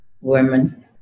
women